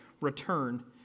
Return